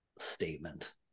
statement